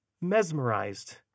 mesmerized